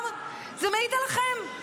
גם זה מעיד עליכם,